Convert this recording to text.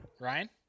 Ryan